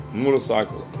motorcycle